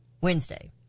Wednesday